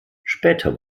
später